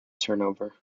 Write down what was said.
turnover